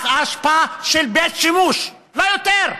לפח האשפה של בית שימוש, לא יותר.